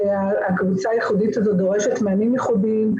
הקבוצה הייחודית הזו דורשת מענים ייחודיים,